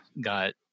got